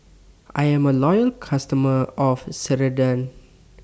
I Am A Loyal customer of Ceradan